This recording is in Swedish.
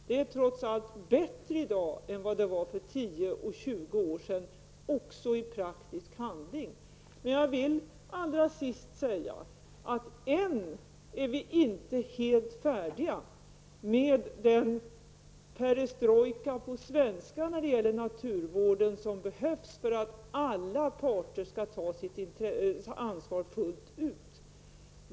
Det är trots allt bättre i dag även i praktisk handling än vad det var för 10 eller 20 år sedan. Allra sist vill jag säga att vi inte än är helt färdiga med den perestrojka på svenska inom naturvården som behövs för att alla parter skall ta sitt ansvar fullt ut.